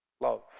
love